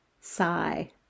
sigh